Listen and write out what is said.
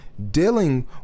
Dealing